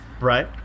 Right